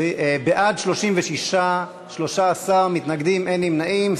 36 בעד, 13 מתנגדים, אין נמנעים.